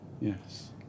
Yes